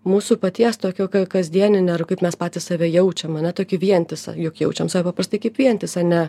mūsų paties tokio kasdieninį ar kaip mes patys save jaučiam ane tokį vientisą jog jaučiant save paprastai kaip vientisą ne